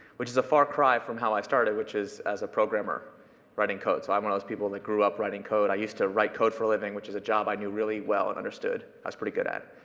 which is a far cry from how i started, which is as a programmer writing code. so i'm one of those people that grew up writing code. i used to write code for a living, which is a job i knew really well and understood. i was pretty good at